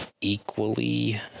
equally